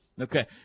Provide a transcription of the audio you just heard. Okay